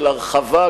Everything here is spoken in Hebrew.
של הרחבה,